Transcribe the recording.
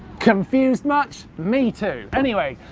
confused much? me too. anyway,